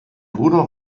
bruder